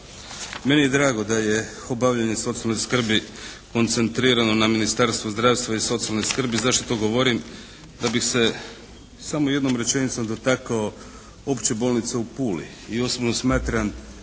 Meni je drago da je obavljanje socijalne skrbi koncentrirano na Ministarstvo zdravstva i socijalne skrbi. Zašto to govorim? Da bi se samo jednom rečenicom dotakao Opće bolnice u Puli. I osobno smatram